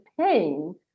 pain